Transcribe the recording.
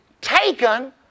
taken